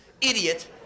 idiot